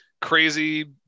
crazy